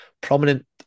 prominent